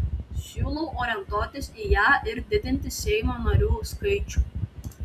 siūlau orientuotis į ją ir didinti seimo narių skaičių